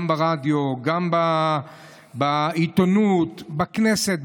גם ברדיו, גם בעיתונות, בכנסת.